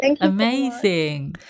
amazing